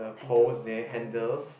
handle